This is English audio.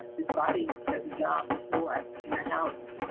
this body has a job before last in the house.